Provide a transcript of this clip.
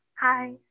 Hi